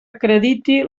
acrediti